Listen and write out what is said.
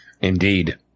indeed